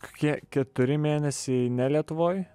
kokie keturi mėnesiai ne lietuvoj